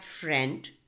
friend